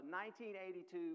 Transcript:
1982